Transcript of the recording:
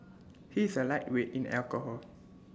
he is A lightweight in alcohol